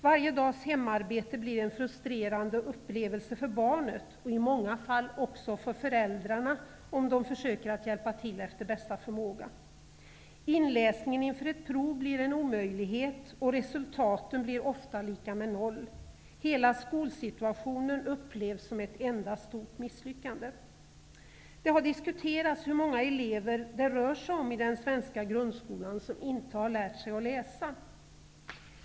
Varje dags hemarbete blir en frustrerande upplevelse för barnet och i många fall också för föräldrarna, om de försöker hjälpa till efter bästa förmåga. Inläsningen inför ett prov blir en omöjlighet, och resultaten blir ofta lika med noll. Hela skolsituationen upplevs som ett enda stort misslyckande. Det har diskuterats hur många elever det rör sig om i den svenska grundskolan som inte har lärt sig läsa.